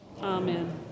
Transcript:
Amen